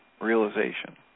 realization